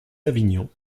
avignon